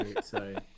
sorry